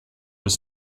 was